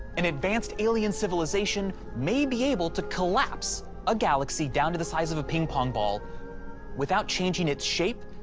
an advanced alien civilization may be able to collapse a galaxy down to the size of a ping-pong ball without changing its shape,